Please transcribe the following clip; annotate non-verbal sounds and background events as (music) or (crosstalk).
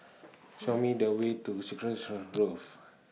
(noise) Show Me The Way to (unintelligible) Grove